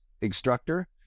instructor